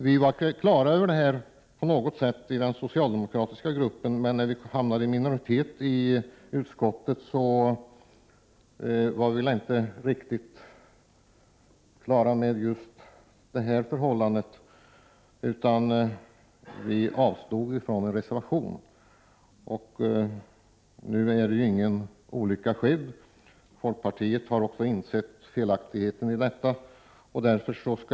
Vi var på det klara med detta i den socialdemokratiska gruppen, men när vi hamnade i minoritet i utskottet, insåg vi väl inte riktigt just det här förhållandet. Vi avstod således från en reservation. Nu är ingen olycka skedd. Även folkpartiet har insett felaktigheten i detta.